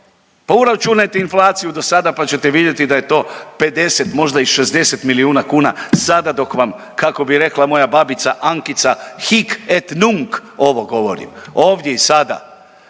pa uračunajte inflaciju do sada pa ćete vidjeti da je to 50 možda i 60 milijuna kuna sada dok vam, kako bi rekla moja babica Ankica, hik et nunc, ovdje govorim, ovdje i sada.